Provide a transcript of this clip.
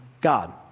God